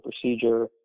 procedure